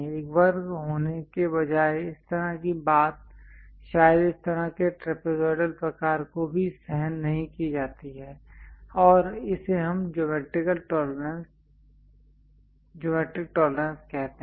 एक वर्ग होने के बजाय इस तरह की बात शायद इस तरह के ट्रैपोज़ाइडल प्रकार को भी सहन की जाती है और इसे हम ज्योमैट्रिक टॉलरेंसेस कहते हैं